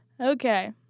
Okay